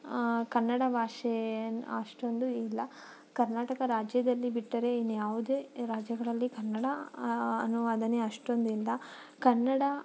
ಕನ್ನಡ ಭಾಷೇನು ಅಷ್ಟೊಂದು ಇಲ್ಲ ಕರ್ನಾಟಕ ರಾಜ್ಯದಲ್ಲಿ ಬಿಟ್ಟರೆ ಇನ್ನು ಯಾವುದೇ ರಾಜ್ಯಗಳಲ್ಲಿ ಕನ್ನಡ ಅನುವಾದನೆ ಅಷ್ಟೊಂದು ಇಲ್ಲ ಕನ್ನಡ